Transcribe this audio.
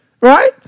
right